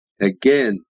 again